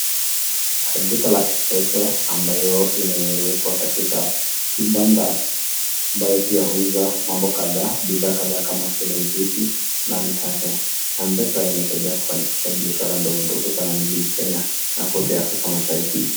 Duka la m-pesa ambayo imewekwa katika kibanda ambayo pia huuza mambo kadhaa, bidhaa kadhaa kama zile switi na mikate. M-pesa imesaidia kufanikisha biashara ndogondogo sana nchini Kenya na kote Afrika Mashariki.